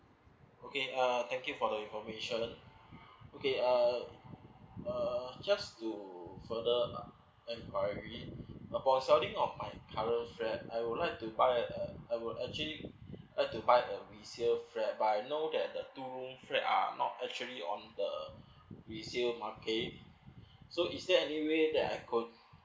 okay uh thank you for the information okay uh uh just to further enquiry about selling on my current flat I would like to buy uh uh I will actually like buy a resale flat but I know that um two room flat is not actually in resale market um uh so is there any way that I could